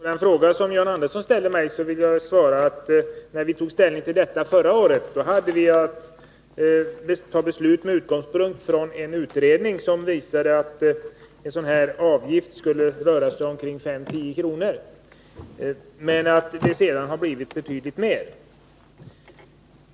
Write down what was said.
Herr talman! På den fråga som John Andersson ställde vill jag svara att när vi förra året tog ställning till finansieringen av djursjukvården gjorde vi det med utgångspunkt i en utredning som visade att en sådan här avgiftshöjning skulle röra sig om 5-10 kr. Sedan har den emellertid blivit betydligt större.